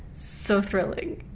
so thrilling.